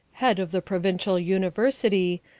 head of the provincial university,